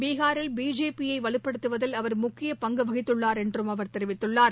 பீகாரில் பிஜேபி யை வலுப்படுத்துவதில் அவர் முக்கிய பங்கு வகித்துள்ளா் என்றும் அவர் தெரிவித்துள்ளார்